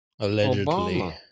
allegedly